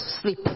sleep